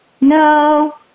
No